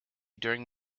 during